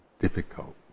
difficult